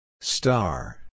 Star